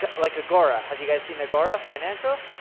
like agora, have you guys seen agora financial?